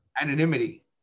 anonymity